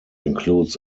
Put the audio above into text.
includes